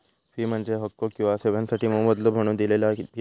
fee म्हणजे हक्को किंवा सेवोंसाठी मोबदलो म्हणून दिलेला किंमत